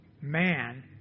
Man